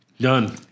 done